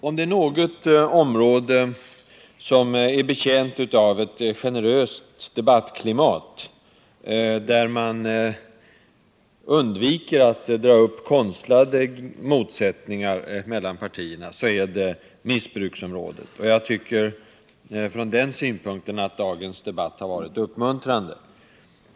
Om det är något område som är betjänt av ett generöst debattklimat, där man undviker att skapa konstlade motsättningar mellan partierna, är det just missbruksområdet. Från den synpunkten tycker jag att dagens debatt har varit uppmuntrande.